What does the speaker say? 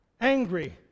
angry